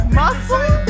muscle